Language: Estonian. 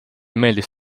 meeldis